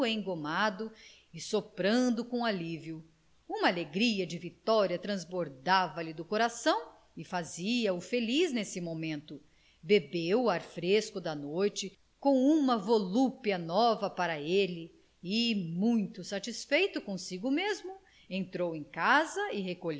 engomado e soprando com alívio uma alegria de vitória transbordava lhe do coração e fazia-o feliz nesse momento bebeu o ar fresco da noite com uma volúpia nova para ele e muito satisfeito consigo mesmo entrou em casa